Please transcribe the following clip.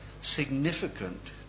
significant